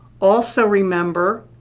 also remember,